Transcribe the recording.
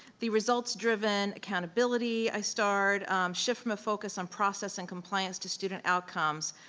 the results driven accountability, i starred shift from a focus on process and compliance to student outcomes.